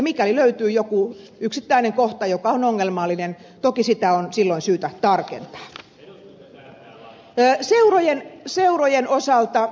mikäli löytyy joku yksittäinen kohta joka on ongelmallinen toki sitä on silloin syytä tarkentaa